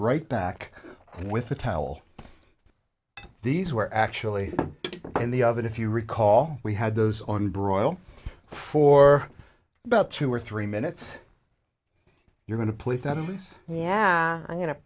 right back with a towel these were actually in the oven if you recall we had those on broil for about two or three minutes you're going to put that in these yeah i'm going to